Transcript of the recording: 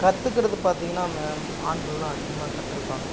கற்றுக்கறது பார்த்தீங்கன்னா நம்ம ஆண்கள் தான் அதிகமாக கற்றுப்பாங்க